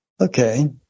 Okay